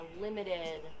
limited